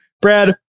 Brad